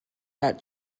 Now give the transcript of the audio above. that